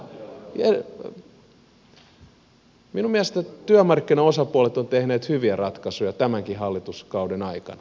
minun mielestäni työmarkkinaosapuolet ovat tehneet hyviä ratkaisuja tämänkin hallituskauden aikana